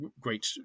great